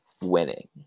winning